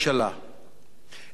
אין לי מספיק ידע,